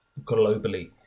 globally